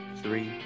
three